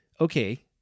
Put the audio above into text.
okay